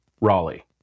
Raleigh